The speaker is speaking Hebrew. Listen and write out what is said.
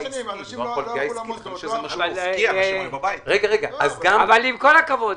אנשים לא הלכו לעבודה --- אבל עם כל הכבוד,